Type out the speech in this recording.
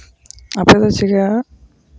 ᱟᱯᱮᱫᱚ ᱪᱤᱠᱟ